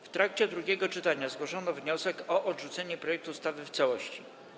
W trakcie drugiego czytania zgłoszono wniosek o odrzucenie projektu ustawy w całości.